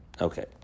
Okay